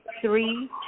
three